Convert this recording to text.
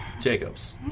Jacobs